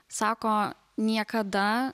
sako niekada